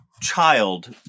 child